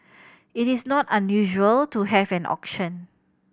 it is not unusual to have an auction